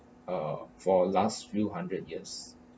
uh for last few hundred years